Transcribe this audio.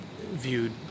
viewed